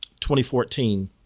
2014